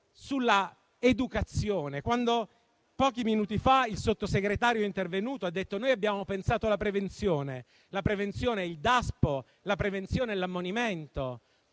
sulla loro educazione. Quando pochi minuti fa il Sottosegretario è intervenuto e ha detto che hanno pensato alla prevenzione, la prevenzione per voi è il Daspo, la prevenzione è l'ammonimento.